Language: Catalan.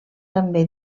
també